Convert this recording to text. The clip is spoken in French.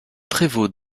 prévôt